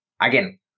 again